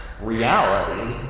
reality